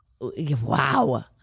Wow